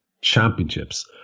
championships